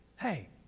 Hey